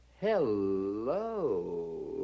hello